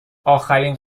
آخرین